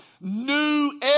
new